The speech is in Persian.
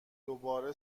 دوباره